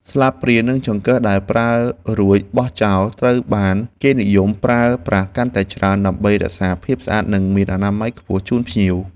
ស្លាបព្រានិងចង្កឹះដែលប្រើរួចបោះចោលត្រូវបានគេនិយមប្រើប្រាស់កាន់តែច្រើន ដើម្បីរក្សាភាពស្អាតនិងមានអនាម័យខ្ពស់ជូនភ្ញៀវ។